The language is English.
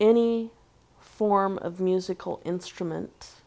any form of musical instruments